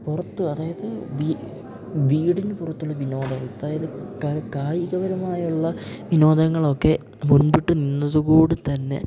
പുറത്ത് അതായത് വീടിനു പുറത്തുള്ള വിനോദം അതായത് കായികപരമായുള്ള വിനോദങ്ങളൊക്കെ മുൻപിട്ട് നിന്നതുകൂടി തന്നെ